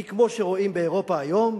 כי כמו שרואים באירופה היום,